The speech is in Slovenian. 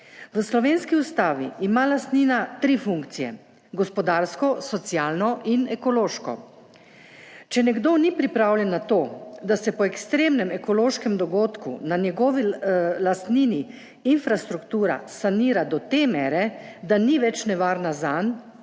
V slovenski Ustavi ima lastnina tri funkcije: gospodarsko, socialno in ekološko. Če nekdo ni pripravljen na to, da se po ekstremnem ekološkem dogodku, na njegovi lastnini infrastruktura sanira do te mere, da ni več nevarna zanj